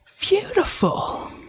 Beautiful